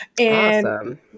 Awesome